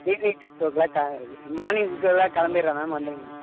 evening six o'clock ஸ் morning six o'clock கிளம்பிறேன் ma'am வந்துடுங்க